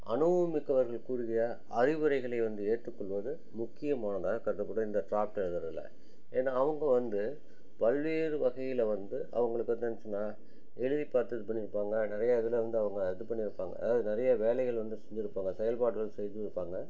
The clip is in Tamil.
அனுபவமிக்கவர்கள் கூறுறிய அறிவுரைகளை வந்து ஏற்றுக்கொள்வது முக்கியமான கட்டோம் கூட இந்த ட்ராப்ட் எழுதுறதில் ஏன்னால் அவங்க வந்து பல்வேறு வகையில் வந்து அவங்களுக்கு வந்து என்னாச்சினா எழுதி பார்த்து இது பண்ணிருப்பாங்கள் நிறைய இதில் வந்து அவங்க இது பண்ணிருப்பாங்கள் அதாவது நிறைய வேலைகள் வந்து செஞ்சுருப்பாங்க செயல்பாடுகள் செஞ்சுருப்பாங்க